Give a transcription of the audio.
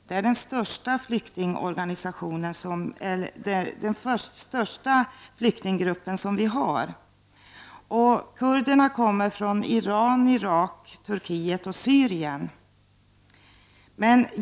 Det är den största flyktinggruppen. Kurderna kommer från Iran, Irak, Turkiet och Syrien.